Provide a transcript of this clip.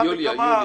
לא, לא.